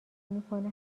میکنه